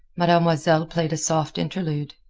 mademoiselle played a soft interlude.